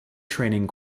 training